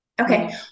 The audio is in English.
Okay